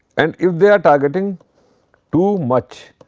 and if they are targeting too much